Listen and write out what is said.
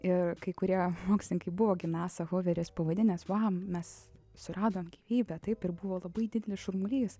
ir kai kurie mokslininkai buvo gi nas huveris pavadinęs vam mes suradom gyvybę taip ir buvo labai didelis šurmulys